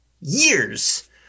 years